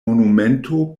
monumento